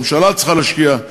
הממשלה צריכה להשקיע.